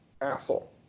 asshole